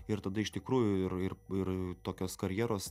ir tada iš tikrųjų ir ir ir tokios karjeros